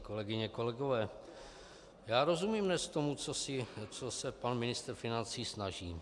Kolegyně, kolegové, já rozumím dnes tomu, co se pan ministr financí snaží.